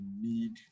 need